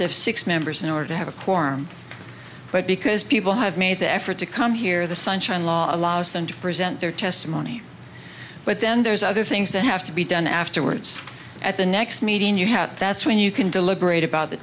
to have six members in order to have a quorum but because people have made the effort to come here the sunshine law allows them to present their testimony but then there's other things that have to be done afterwards at the next meeting you have that's when you can deliberate about the